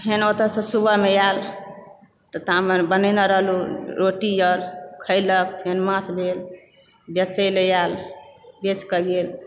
फेन ओतएसँ सुबहमे आयल तऽ तामे बनेलय रहलहुँ रोटी अर खयलक फेन माछ भेल या बेचयलऽ आयल बेचके गेल